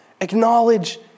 Acknowledge